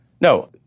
No